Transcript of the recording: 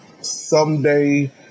someday